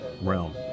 realm